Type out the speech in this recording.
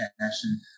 passion